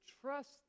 trust